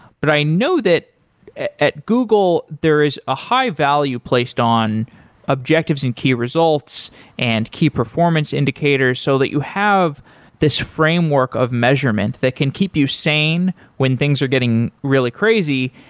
but i know that at google, there is a high value placed on objectives and key results and key performance indicators s so that you have this framework of measurement that can keep you sane when things are getting really crazy.